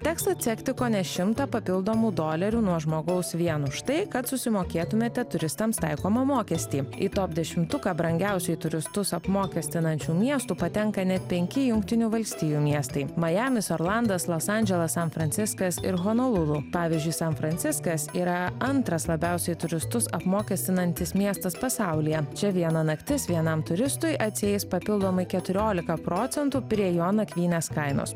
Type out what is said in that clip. teks atsekti kone šimtą papildomų dolerių nuo žmogaus vien už tai kad susimokėtumėte turistams taikomą mokestį į top dešimtuką brangiausiai turistus apmokestinančių miestų patenka net penki jungtinių valstijų miestai majamis orlandas los andželas san franciskas ir honolulu pavyzdžiui san franciskas yra antras labiausiai turistus apmokestinantis miestas pasaulyje čia viena naktis vienam turistui atsieis papildomai keturiolika procentų prie jo nakvynės kainos